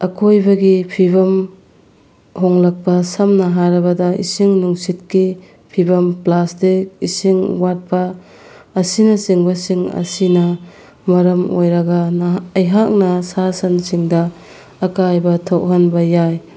ꯑꯀꯣꯏꯕꯒꯤ ꯐꯤꯚꯝ ꯍꯣꯡꯂꯛꯄ ꯁꯝꯅ ꯍꯥꯏꯔꯕꯗ ꯏꯁꯤꯡ ꯅꯨꯡꯁꯤꯠꯀꯤ ꯐꯤꯚꯝ ꯄ꯭ꯂꯥꯁꯇꯤꯛ ꯏꯁꯤꯡ ꯋꯥꯠꯄ ꯑꯁꯤꯅꯆꯤꯡꯕꯁꯤꯡ ꯑꯁꯤꯅ ꯃꯔꯝ ꯑꯣꯏꯔꯒ ꯑꯩꯍꯥꯛꯅ ꯁꯥ ꯁꯟꯁꯤꯡꯗ ꯑꯀꯥꯏꯕ ꯊꯣꯛꯍꯟꯕ ꯌꯥꯏ